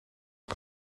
een